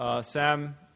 Sam